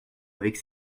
avec